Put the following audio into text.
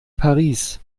paris